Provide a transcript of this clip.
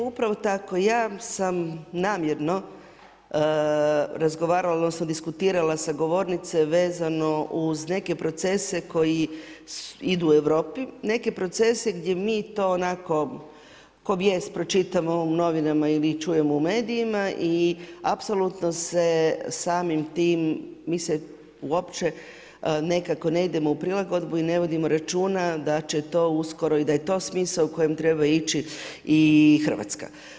Upravo tako, ja sam namjerno razgovarala odnosno diskutirala sa govornice vezano uz neke procese koji idu u Europi, neke procese gdje mi to onako kao vijest pročitamo u novinama ili čujemo u medijima i apsolutno se samim time mi uopće nekako ne idemo u prilagodbu i ne vodimo računa da je to smisao u kojem treba ići i Hrvatska.